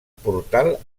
portal